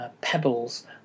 Pebbles